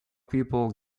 people